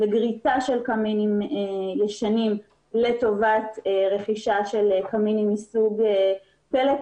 לגריטה של קמינים ישנים לטובת רכישה של קמינים מסוג פלט,